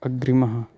अग्रिमः